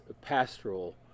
pastoral